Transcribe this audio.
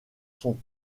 sont